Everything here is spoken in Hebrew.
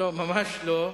ממש לא,